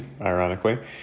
ironically